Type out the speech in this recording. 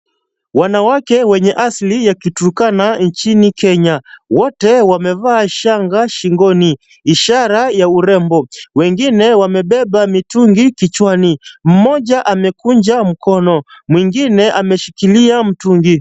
Wanawake wenye asili ya Kiturkana nchini Kenya, wote wamevaa shanga shingoni ishara ya urembo, wengine wamebeba mitungi kichwani. Mmoja amekunja mkono, mwingine ameshikilia mtungi.